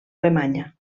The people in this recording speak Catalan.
alemanya